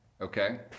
Okay